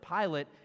Pilate